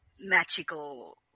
magical